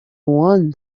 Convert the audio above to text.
one